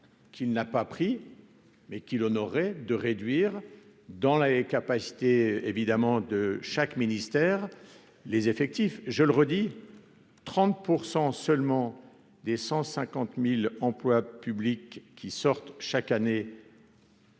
qu'il n'a pas pris, mais qu'il honorerait de réduire dans les capacités évidemment de chaque ministère, les effectifs, je le redis, 30 % seulement des 150000 emplois publics qui sortent chaque année.